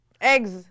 eggs